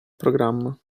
programma